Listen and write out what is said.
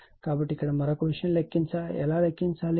కాబట్టి ఇప్పుడు మరొక విషయం ఎలా లెక్కించాలి